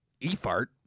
e-fart